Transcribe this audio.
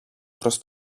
προς